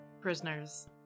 prisoners